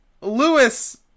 Lewis